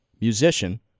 musician